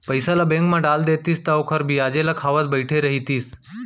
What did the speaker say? पइसा ल बेंक म डाल देतिस त ओखर बियाजे ल खावत बइठे रहितिस